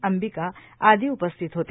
अंबिका आदी उपस्थित होते